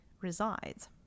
resides